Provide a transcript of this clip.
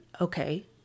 okay